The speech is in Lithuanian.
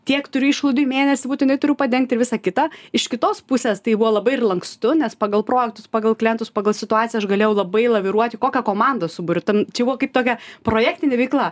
tiek turiu išlaidų į mėnesį būtinai turiu padengt ir visa kita iš kitos pusės tai buvo labai ir lankstu nes pagal projektus pagal klientus pagal situaciją aš galėjau labai laviruoti kokią komandą suburti tn čia buvo kaip tokia projektinė veikla